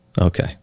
Okay